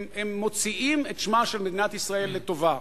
הם מוציאים את שמה של מדינת ישראל לטובה,